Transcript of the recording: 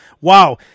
Wow